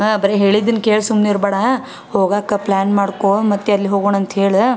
ಹಾಂ ಬರೀ ಹೇಳಿದ್ದನ್ನು ಕೇಳಿ ಸುಮ್ನೆ ಇರಬೇಡಾ ಹೋಗೋಕೆ ಪ್ಲ್ಯಾನ್ ಮಾಡಿಕೋ ಮತ್ತು ಅಲ್ಲಿ ಹೋಗೋಣಂತ ಹೇಳು